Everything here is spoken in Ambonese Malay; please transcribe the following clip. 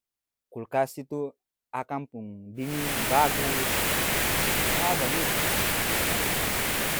Kulkas itu akang pung dinging bagus usaha bagitu.